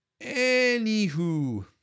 Anywho